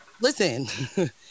listen